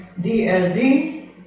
DLD